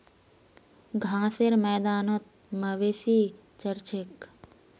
घासेर मैदानत मवेशी चर छेक